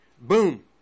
Boom